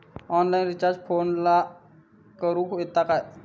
Online recharge फोनला करूक येता काय?